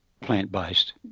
plant-based